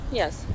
yes